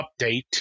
update